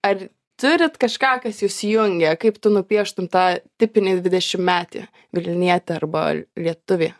ar turit kažką kas jus jungia kaip tu nupieštum tą tipinį dvidešimtmetį vilnietį arba lietuvė